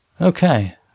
Okay